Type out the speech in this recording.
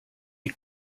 les